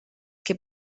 que